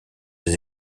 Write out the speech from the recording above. des